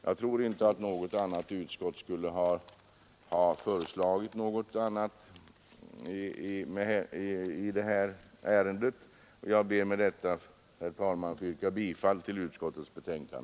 Jag tror inte att något annat utskott skulle ha föreslagit något annat i detta avseende. Jag ber med det anförda, herr talman, att få yrka bifall till utskottets hemställan.